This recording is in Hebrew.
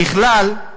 ככלל,